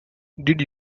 did